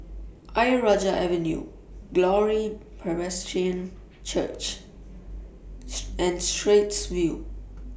Ayer Rajah Avenue Glory Presbyterian Church and Straits View